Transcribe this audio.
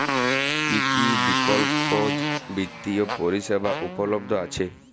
কী কী বিকল্প বিত্তীয় পরিষেবা উপলব্ধ আছে?